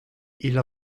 ils